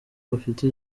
bafite